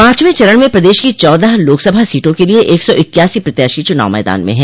पांचवें चरण में प्रदेश की चौदह लोकसभा सीटों के लिये एक सौ इक्यासी प्रत्याशी चुनाव मैदान में हैं